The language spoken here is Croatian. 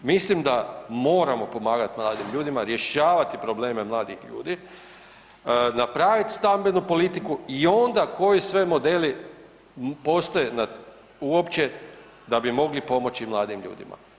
Mislim da moramo pomagati mladim ljudima, rješavati problem mladih ljudi, napravit stambenu politiku i onda koji sve modeli postoje uopće da bi mogli pomoći mladim ljudima.